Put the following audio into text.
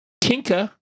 Tinka